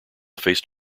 faced